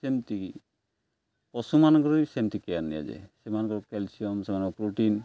ସେମିତିି ପଶୁମାନଙ୍କର ବି ସେମିତି କେୟାର୍ ନିଆଯାଏ ସେମାନଙ୍କର କ୍ୟାଲ୍ସିୟମ୍ ସେମାନଙ୍କ ପ୍ରୋଟିନ୍